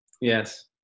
Yes